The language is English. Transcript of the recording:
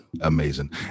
amazing